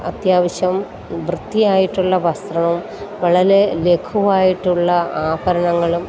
അത്യാവശ്യം വൃത്തിയായിട്ടുള്ള വസ്ത്രം വളരെ ലഘുവായിട്ടുള്ള ആഭരണങ്ങളും